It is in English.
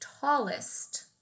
tallest